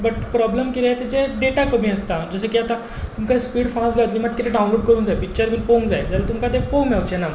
but problem कितें तेजें data कमी आसता जशें की आतां आमकां स्पीड फास्ट जाय मात कितें डावनलोड करूंक जाय पिक्चर बी पळोवंक जाय जाल्यार तुमकां तें पळोवंक मेळचेंना